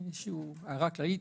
הערה כללית.